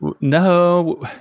No